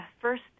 first